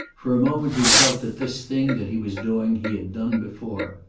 for a moment he felt that this thing that he was doing he had done before.